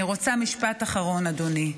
אני רוצה משפט אחרון, אדוני.